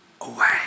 away